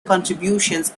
contributions